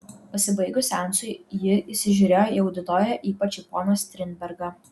pasibaigus seansui ji įsižiūrėjo į auditoriją ypač į poną strindbergą